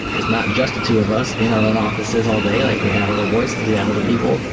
it's not just the two of us in our own offices all day. like we have other voices. we have other people.